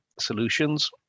solutions